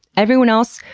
everyone else,